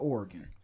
Oregon